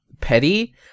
petty